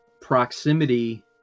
proximity